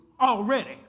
already